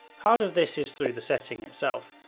part of this is through the setting itself.